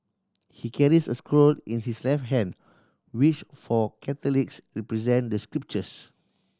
he carries a scroll in his left hand which for Catholics represent the scriptures